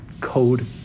code